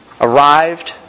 arrived